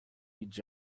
each